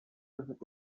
that